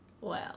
wow